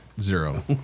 zero